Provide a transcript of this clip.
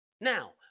Now